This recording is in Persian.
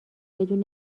بدون